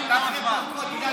אנחנו נדע מה הם בוחרים.